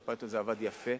והפיילוט הזה עבד יפה,